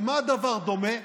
למה הדבר דומה?